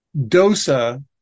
Dosa